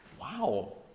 wow